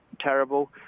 terrible